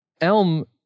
Elm